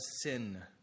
Sin